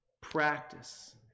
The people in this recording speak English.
practice